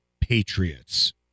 Patriots